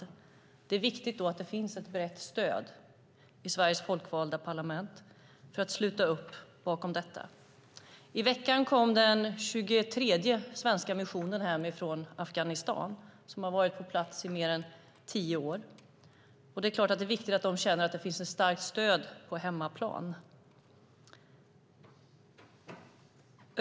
Då är det viktigt att det finns ett brett stöd i Sveriges folkvalda parlament för att sluta upp bakom detta. I veckan kom den 23:e svenska missionen hem från Afghanistan. Den har varit på plats i mer än tio år. Det är klart att det är viktigt att de känner att det finns ett starkt stöd på hemmaplan.